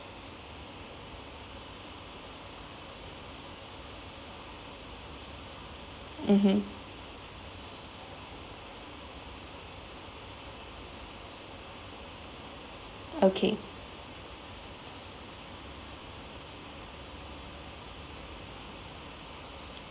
mmhmm okay